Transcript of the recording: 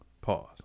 Pause